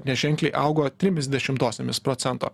neženkliai augo trimis dešimtosiomis procento